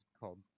called